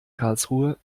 karlsruhe